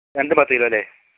രണ്ട് മതീലോ അല്ലെ